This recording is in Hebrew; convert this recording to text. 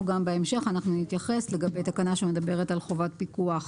בהמשך נתייחס לגבי תקנה שמדברת על חובת פיקוח